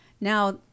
Now